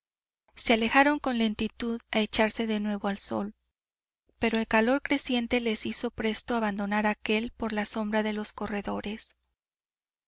se alejaron con lentitud a echarse de nuevo al sol pero el calor creciente les hizo presto abandonar aquél por la sombra de los corredores